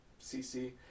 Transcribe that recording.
CC